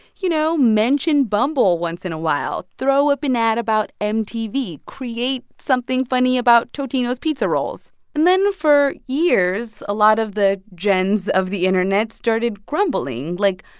you know, mention bumble once in a while, throw up an ad about mtv, create something funny about totino's pizza rolls and then for years, a lot of the jens of the internet started grumbling. like,